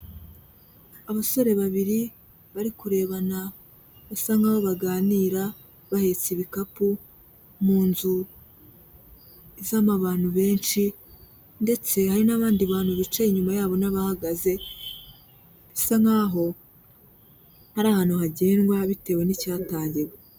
Abasore babiri bari kurebana basa nkaho baganira bahetse ibikapu mu nzu izamo abantu benshi, ndetse hari n'abandi bantu bicaye inyuma yabo n'abahagaze, bisa nkaho ari ahantu hagendwa bitewe n'ikihatangirwa.